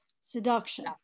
seduction